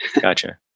Gotcha